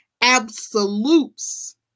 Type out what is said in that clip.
absolutes